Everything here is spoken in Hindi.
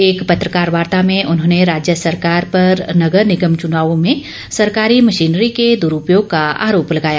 एक पत्रकार वार्ता में उन्होंने राज्य सरकार पर नगर निगम चुनावों में सरकारी मशीनरी के द्रूपयोग का आरोप लगाया